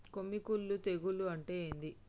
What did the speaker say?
కొమ్మి కుల్లు తెగులు అంటే ఏంది?